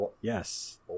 Yes